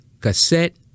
cassette